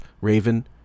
Raven